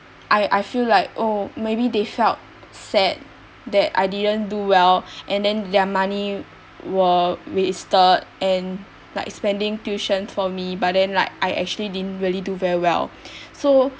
I I feel like oh maybe they felt sad that I didn't do well and then their money were wasted and like spending tuition for me but then like I actually didn't really do very well so